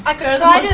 i